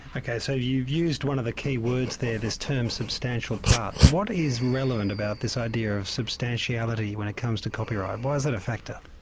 ok, so you've used one the key words there, this term substantial part. what is relevant about this idea of substantiality when it comes to copyright? why is that a factor?